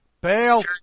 Bail